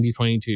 2022